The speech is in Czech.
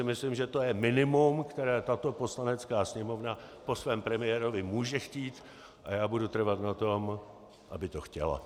To si myslím, že je minimum, které tato Poslanecká sněmovna po svém premiérovi může chtít, a já budu trvat na tom, aby to chtěla.